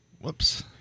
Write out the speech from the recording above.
Whoops